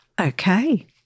Okay